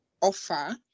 offer